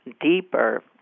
deeper